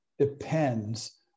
depends